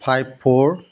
five four